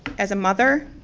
as a mother,